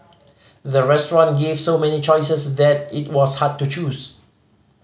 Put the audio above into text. the restaurant gave so many choices that it was hard to choose